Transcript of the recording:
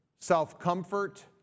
self-comfort